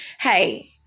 hey